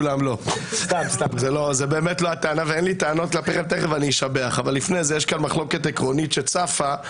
תכף אני אשבח אבל לפני כן יש כאן מחלוקת עקרונית שצפה.